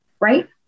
Right